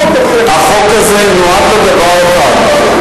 החוק הזה נועד לדבר אחד,